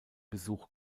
besuch